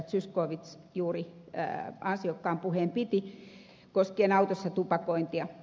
zyskowicz juuri ansiokkaan puheen piti koskien autossa tupakointia